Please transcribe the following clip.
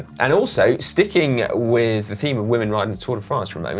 and also, sticking with the theme of women riding the tour de france for i mean